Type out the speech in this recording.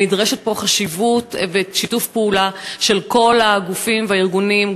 ונדרשים פה חשיבה ושיתוף פעולה של כל הגופים והארגונים,